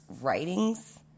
Writings